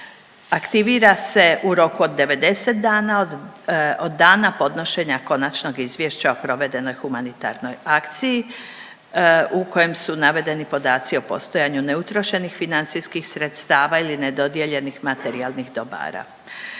aktivira se u roku od 90 dana od, od dana podnošenja Konačnog izvješća o provedenoj humanitarnoj akciji u kojem su navedeni podaci o postojanju neutrošenih financijskih sredstava ili ne dodijeljenih materijalnih dobara.